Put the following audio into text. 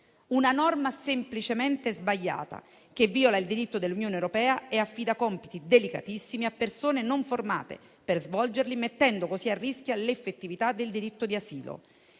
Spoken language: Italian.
Una norma semplicemente sbagliata, che viola il diritto dell'Unione europea e affida compiti delicatissimi a persone non formate per svolgerli, mettendo così a rischio l'effettività del diritto di asilo.